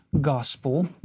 Gospel